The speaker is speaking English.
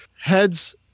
heads